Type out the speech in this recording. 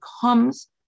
comes